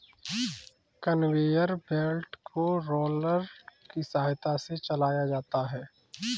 conveyor belt को roller की सहायता से चलाया जाता है